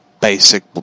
basic